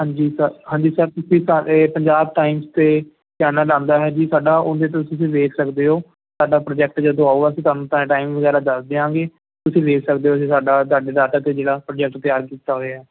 ਹਾਂਜੀ ਸਰ ਹਾਂਜੀ ਸਰ ਤੁਸੀਂ ਸਾਰੇ ਪੰਜਾਬ ਟਾਈਮਸ 'ਤੇ ਚੈਨਲ ਆਉਂਦਾ ਹੈ ਜੀ ਸਾਡਾ ਉਹਦੇ ਤੋਂ ਤੁਸੀਂ ਵੇਖ ਸਕਦੇ ਹੋ ਸਾਡਾ ਪ੍ਰੋਜੈਕਟ ਜਦੋਂ ਆਵੇਗਾ ਅਸੀਂ ਤੁਹਾਨੂੰ ਤਾਂ ਟਾਈਮ ਵਗੈਰਾ ਦੱਸ ਦਿਆਂਗੇ ਤੁਸੀਂ ਵੇਖ ਸਕਦੇ ਹੋ ਜੀ ਸਾਡਾ ਤੁਹਾਡੇ ਡਾਟਾ 'ਤੇ ਜਿਹੜਾ ਪ੍ਰੋਜੈਕਟ ਤਿਆਰ ਕੀਤਾ ਹੋਇਆ